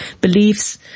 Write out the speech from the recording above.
Beliefs